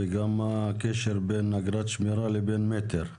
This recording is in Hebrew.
וגם הקשר בין אגרת שמירה לבין מטר.